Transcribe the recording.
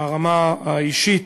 ברמה האישית,